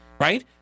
right